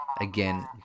Again